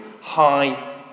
high